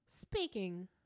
speaking